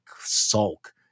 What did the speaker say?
sulk